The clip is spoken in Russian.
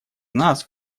нас